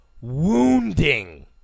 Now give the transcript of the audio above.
wounding